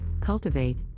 cultivate